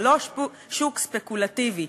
זה לא שוק ספקולטיבי.